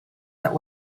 that